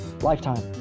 Lifetime